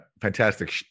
fantastic